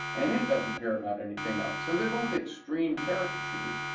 and it doesn't care about anything else. so they're both extreme caricatures,